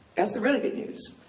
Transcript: that's the really good news.